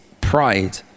pride